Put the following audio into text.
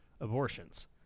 Abortions